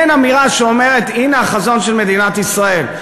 אין אמירה שאומרת: הנה החזון של מדינת ישראל.